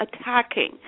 attacking